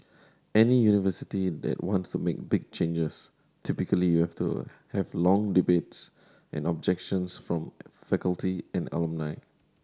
any university that wants to make big changes typically you have to have long debates and objections from faculty and alumni